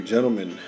Gentlemen